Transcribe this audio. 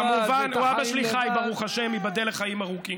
כמובן שאבא שלי חי, ברוך השם, ייבדל לחיים ארוכים.